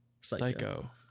Psycho